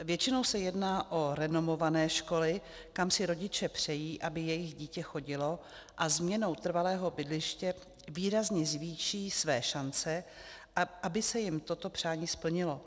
Většinou se jedná o renomované školy, kam si rodiče přejí, aby jejich dítě chodilo, a změnou trvalého bydliště výrazně zvýší své šance, aby se jim toto přání splnilo.